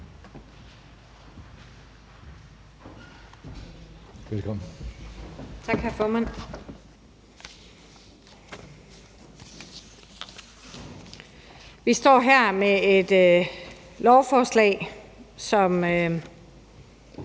Vi står her med et lovforslag, som